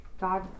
God